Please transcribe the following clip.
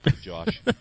Josh